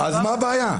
אז מה הבעיה?